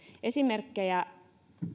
esimerkkejä